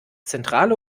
zentrale